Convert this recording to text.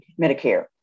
Medicare